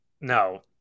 no